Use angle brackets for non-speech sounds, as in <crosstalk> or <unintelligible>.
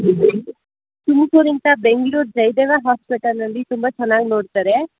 ತುಮ್ಕೂರು <unintelligible> ಬೆಂಗ್ಳೂರು ಜಯದೇವ ಹಾಸ್ಪಿಟಲಲ್ಲಿ ತುಂಬ ಚೆನ್ನಾಗಿ ನೋಡ್ತಾರೆ